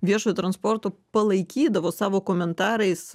viešojo transporto palaikydavo savo komentarais